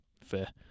Fair